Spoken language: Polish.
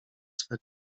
swe